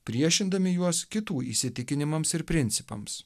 priešindami juos kitų įsitikinimams ir principams